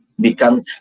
become